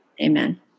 amen